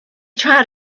tried